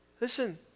Listen